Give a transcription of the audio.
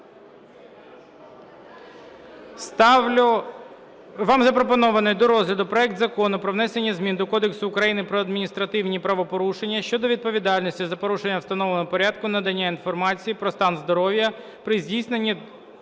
Вам запропонований до розгляду проект Закону про внесення змін до Кодексу України про адміністративні правопорушення щодо відповідальності за порушення встановленого порядку надання інформації про стан здоров’я при здійсненні